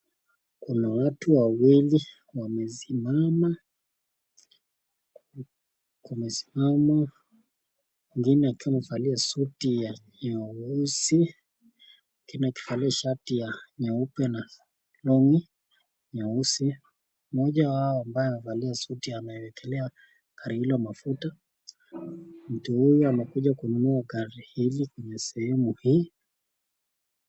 Kuna watu wawili wamesimama mwingine akiwa amevalia koti nyeusi, mwengine akivalia shati nyeupe na surualii nyeusi. Mmoja wao ambaye amevalia suti anawekelea gari hilo mafuta. Mtu huyu amekuja kununua gari hili kwenye sehemu hili.